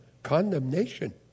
Condemnation